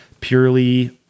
purely